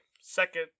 second